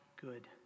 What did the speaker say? good